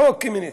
"חוק קמיניץ".